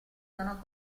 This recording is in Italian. sono